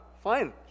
fine